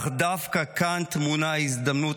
אך דווקא כאן טמונה הזדמנות,